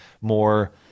more